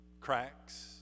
cracks